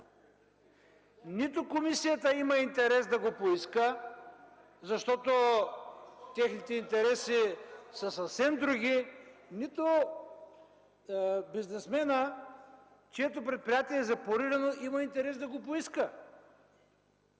Нито комисията има интерес да го поиска, защото техните интереси са съвсем други, нито бизнесменът, чието предприятие е запорирано, има интерес да го поиска.